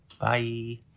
Bye